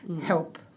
help